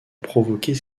provoquer